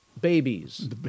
Babies